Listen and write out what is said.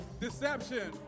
Deception